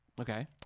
Okay